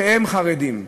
שהם חרדים.